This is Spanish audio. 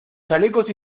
chalecos